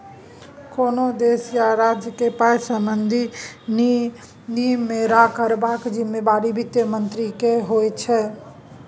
कोनो देश या राज्यक पाइ संबंधी निमेरा करबाक जिम्मेबारी बित्त मंत्रीक होइ छै